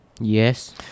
Yes